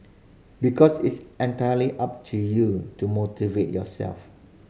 because it's entirely up to you to motivate yourself